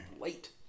late